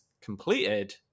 completed